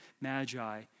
Magi